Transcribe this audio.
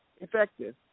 effective